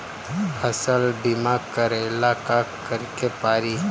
फसल बिमा करेला का करेके पारी?